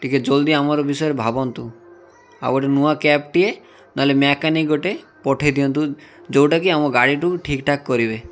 ଟିକେ ଜଲ୍ଦି ଆମର ବିଷୟରେ ଭାବନ୍ତୁ ଆଉ ଗୋଟେ ନୂଆ କ୍ୟାବ୍ଟିଏ ନହେଲେ ମେକାନିକ୍ ଗୋଟେ ପଠାଇ ଦିଅନ୍ତୁ ଯେଉଁଟାକି ଆମ ଗାଡ଼ିକୁ ଠିକ୍ଠାକ୍ କରିବେ